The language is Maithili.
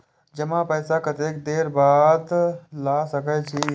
जमा पैसा कतेक देर बाद ला सके छी?